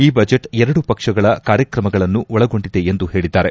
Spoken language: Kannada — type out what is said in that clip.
ಈ ಬಜೆಟ್ ಎರಡು ಪಕ್ಷಗಳ ಕಾರ್ಯಕ್ರಮಗಳನ್ನು ಒಳಗೊಂಡಿದೆ ಎಂದು ಹೇಳಿದ್ದಾರೆ